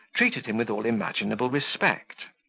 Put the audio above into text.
treated him with all imaginable respect.